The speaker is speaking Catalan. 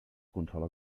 consola